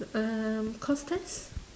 um cos test